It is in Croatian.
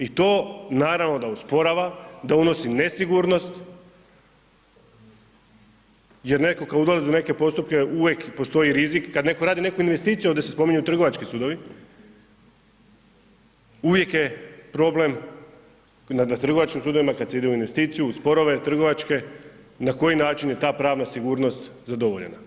I to naravno da usporava, da unosi nesigurnost, jer netko ko ulazi u neke postupke uvijek postoji rizik, kad neko radi neku investiciju ovdje se spominju i trgovački sudovi, uvijek je problem na trgovačkim sudovima kad se ide u investiciju, sporove trgovačke na koji način je ta pravna sigurnost zadovoljena.